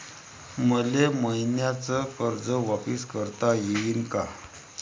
मले मईन्याचं कर्ज वापिस करता येईन का?